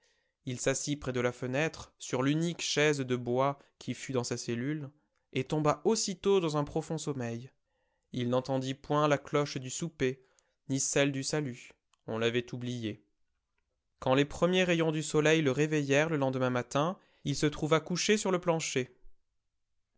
il s'assit près de la fenêtre sur l'unique chaise de bois qui fût dans sa cellule et tomba aussitôt dans un profond sommeil il n'entendit point la cloche du souper ni celle du salut on l'avait oublié quand les premiers rayons du soleil le réveillèrent le lendemain matin il se trouva couché sur le plancher